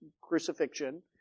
crucifixion